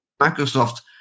Microsoft